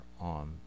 on